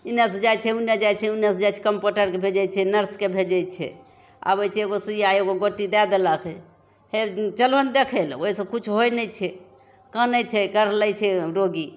एन्नेसे जाइ छै ओन्ने जाइ छै ओन्नेसे जाइ छै कम्पाउण्डरके भेजै छै नर्सके भेजै छै आबै छै एगो सुइआ एगो गोटी दै देलक फेर दू चलहो ने देखै ले ओहिसे किछु होइ नहि छै काने छै कुहरै छै रोगी